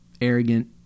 arrogant